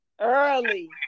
Early